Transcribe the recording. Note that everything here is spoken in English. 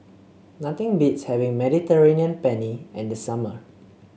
nothing beats having Mediterranean Penne in the summer